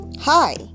Hi